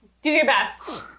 do your best.